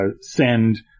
send